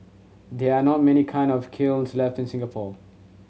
there are not many kilns left in Singapore